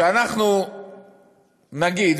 אנחנו נגיד,